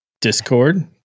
Discord